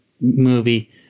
movie